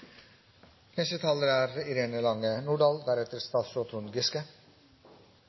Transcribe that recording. neste taler statsråd Trond Giske.